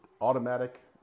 automatic